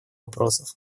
вопросов